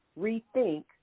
rethink